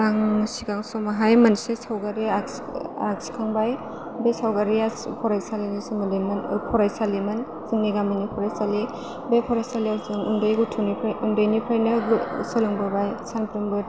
आं सिगां समावहाय मोनसे सावगारि आखिखांबाय बे सावगारिया फरायसालिनि सोमोन्दैमोन फरायसालिमोन जोंनि गामिनि फरायसालि बे फरायसालियाव जों उन्दै गथ'निफ्राय उन्दैनिफ्रायनो सोलोंबोबाय सानफ्रोमबो